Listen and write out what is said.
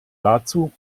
dazu